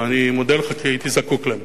אני מודה לך, כי הייתי זקוק להן.